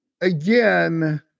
again